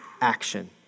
action